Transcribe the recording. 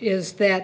is that